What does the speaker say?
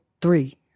three